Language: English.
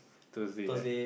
Thursday right